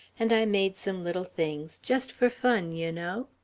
and i made some little things just for fun, you know.